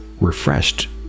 refreshed